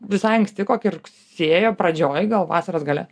visai anksti kokį rugsėjo pradžioj gal vasaros gale